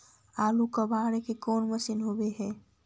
आलू कबाड़े के कोन मशिन होब है?